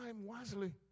wisely